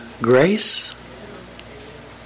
grace